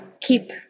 keep